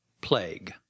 Plague